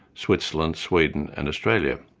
switzerland, sweden and australia.